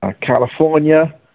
california